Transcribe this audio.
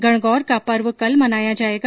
गणगौर का पर्व कल मनाया जायेगा